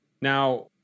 Now